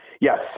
Yes